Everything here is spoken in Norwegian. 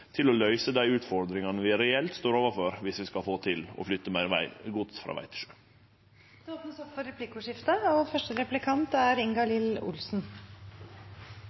til å løyse dei utfordringane vi reelt står overfor om vi skal få til å flytte meir gods frå veg til sjø. Det blir replikkordskifte. Debatten har i størst grad handlet om havnekapital og